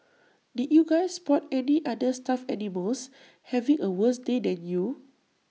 did you guys spot any other stuffed animals having A worse day than you